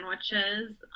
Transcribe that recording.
sandwiches